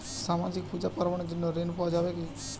সামাজিক পূজা পার্বণ এর জন্য ঋণ পাওয়া যাবে কি?